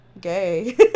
gay